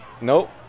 nope